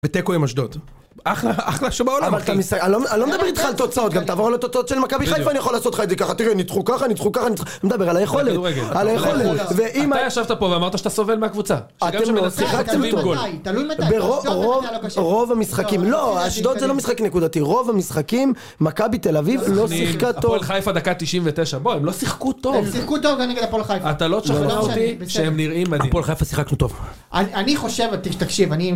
ותיקו עם אשדוד. אחלה, אחלה שבעולם אבל אתה… אני לא מדבר איתך על תוצאות, גם תעבור על התוצאות של מכבי חיפה אני יכול לעשות לך את זה ככה. תראה ניצחו ככה, ניצחו ככה אני מדבר על היכולת על היכולת… אתה ישבת פה ואמרת שאתה סובל מהקבוצה. כשגם שמנצחים… תלוי מתי, תלוי מתי. רוב המשחקים לא, אשדוד זה לא משחק נקודתי, רוב המשחקים מכבי תל אביב לא שיחקה טוב… הפועל חיפה דקה 99, בוא הם לא שיחקו טוב הם שיחקו טוב גם נגד הפועל חיפה. אתה לא תשכנע אותי שהם נראים מדהים. הפועל חיפה שיחקנו טוב. אני חושב תקשיב אני…